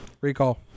recall